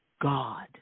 God